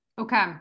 Okay